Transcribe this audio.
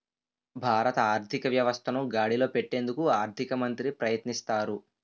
భారత ఆర్థిక వ్యవస్థను గాడిలో పెట్టేందుకు ఆర్థిక మంత్రి ప్రయత్నిస్తారు